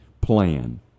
plan